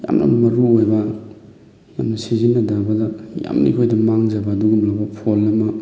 ꯌꯥꯝꯅ ꯃꯔꯨ ꯑꯣꯏꯕ ꯌꯥꯝꯅ ꯁꯤꯖꯤꯟꯅꯗꯕꯗ ꯌꯥꯝꯅ ꯑꯩꯈꯣꯏꯗ ꯃꯥꯡꯖꯕ ꯑꯗꯨꯒꯨꯝꯂꯕ ꯐꯣꯟ ꯑꯃ